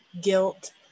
guilt